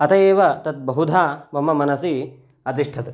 अतः एव तद् बहुधा मम मनसि अतिष्ठत्